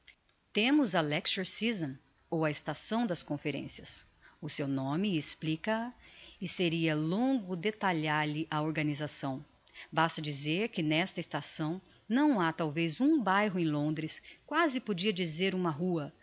temos a lecture season ou estação das conferencias o seu nome explica a e seria longo detalhar lhe a organisação basta dizer que n'esta estação não ha talvez um bairro em londres quasi podia dizer uma rua